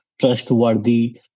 trustworthy